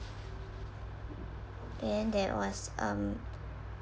and there was um